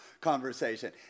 conversation